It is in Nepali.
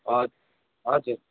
हजुर